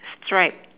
stripe